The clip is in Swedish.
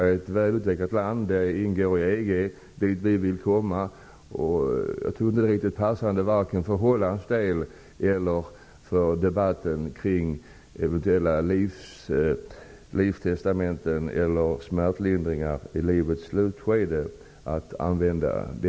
Det är ett väl utvecklat land som ingår i EG, som också vi vill bli medlemmar av. Det passar sig inte att använda den vokabulären vare sig för Hollands del eller i debatten kring eventuella livstestamenten och smärtlindringar i livets slutskede.